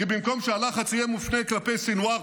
כי במקום שהלחץ יהיה מופנה כלפי סנוואר,